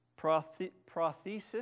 Prothesis